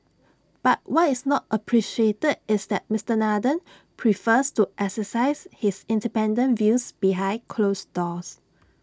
but what is not appreciated is that Mister Nathan prefers to exercise his independent views behind closed doors